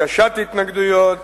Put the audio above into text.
הגשת התנגדויות,